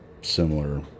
similar